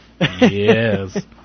Yes